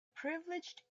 privileged